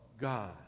God